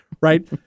right